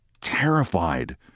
terrified